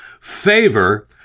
Favor